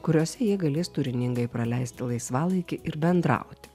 kuriose jie galės turiningai praleisti laisvalaikį ir bendrauti